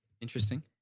interesting